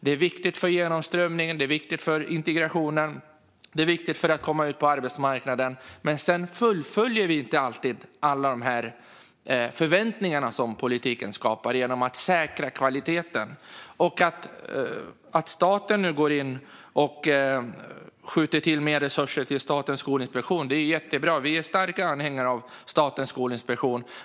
Det är viktigt för genomströmningen, för integrationen och för att människor ska komma ut på arbetsmarknaden. Men sedan fullföljer vi inte alltid alla dessa förväntningar som politiken skapar genom att säkra kvaliteten. Att staten nu går in och skjuter till mer resurser till Statens skolinspektion är jättebra. Vi är starka anhängare av Statens skolinspektion.